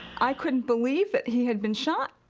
i couldn't believe that he had been shot.